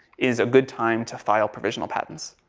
is a good time to file provisional patents.